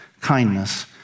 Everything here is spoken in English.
kindness